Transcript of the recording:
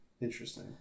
interesting